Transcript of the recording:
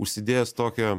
užsidėjęs tokią